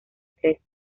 tres